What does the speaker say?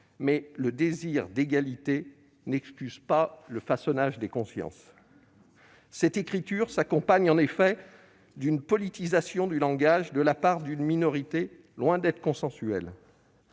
mais le désir d'égalité n'excuse pas le façonnage des consciences. Cette écriture s'accompagne en effet d'une politisation du langage de la part d'une minorité loin d'être consensuelle.